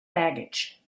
baggage